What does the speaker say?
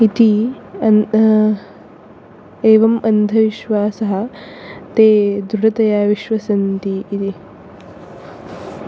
इति अन् एवम् अन्धविश्वासः ते दृढतया विश्वसन्ति इति